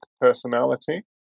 personality